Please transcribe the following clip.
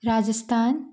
Rajasthan